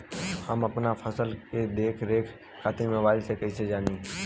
हम अपना फसल के देख रेख खातिर मोबाइल से कइसे जानी?